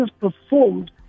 performed